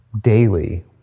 daily